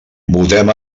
votem